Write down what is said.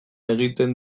egiten